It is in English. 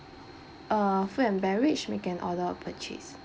uh food and beverage make an order of purchase